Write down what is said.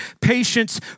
Patience